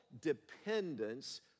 dependence